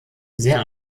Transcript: sehr